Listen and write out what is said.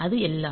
அது எல்லாம்